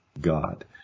God